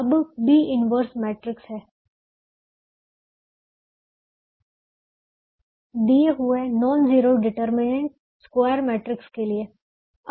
अब B 1 inverse matrix है दिए हुए non zero determinant square matrix के लिए